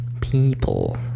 people